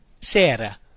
sera